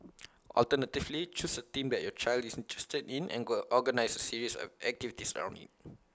alternatively choose A theme that your child is interested in and organise A series of activities around IT